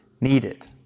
needed